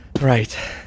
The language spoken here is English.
right